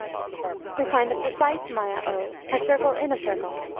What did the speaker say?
we find the precise maya o a circle in a circle,